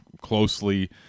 closely